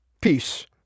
Peace